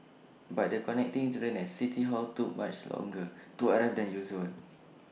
but the connecting train at city hall took much longer to arrive than usual